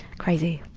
crazy.